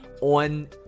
on